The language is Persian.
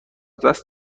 دست